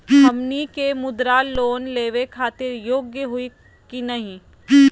हमनी के मुद्रा लोन लेवे खातीर योग्य हई की नही?